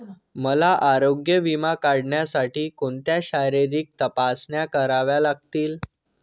मला आरोग्य विमा काढण्यासाठी कोणत्या शारीरिक तपासण्या कराव्या लागतील?